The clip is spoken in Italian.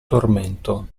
tormento